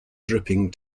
dripping